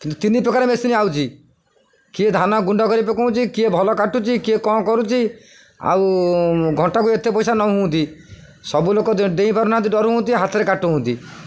କିନ୍ତୁ ତିନି ପ୍ରକାର ମେସିନ୍ ଆସୁଛି କିଏ ଧାନ ଗୁଣ୍ଡ କରି ପକାଉଛି କିଏ ଭଲ କାଟୁଛି କିଏ କ'ଣ କରୁଛି ଆଉ ଘଣ୍ଟାକୁ ଏତେ ପଇସା ନ ହୁଅନ୍ତି ସବୁ ଲୋକ ଦେଇ ପାରୁନାହାନ୍ତି ଡର ହୁଅନ୍ତି ହାତରେ କାଟୁଛନ୍ତି